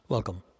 Welcome